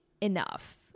enough